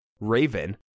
raven